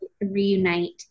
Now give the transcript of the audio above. reunite